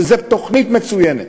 שזאת תוכנית מצוינת.